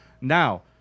Now